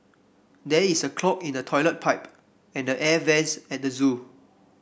there is a clog in the toilet pipe and the air vents at the zoo